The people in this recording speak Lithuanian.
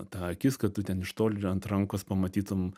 ta akis kad tu ten iš toli ant rankos pamatytum